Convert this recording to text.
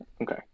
Okay